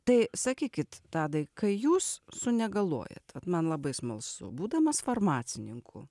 tai sakykit tadai kai jūs sunegaluojat vat man labai smalsu būdamas farmacininku